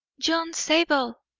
john zabel!